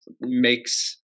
makes